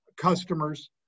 customers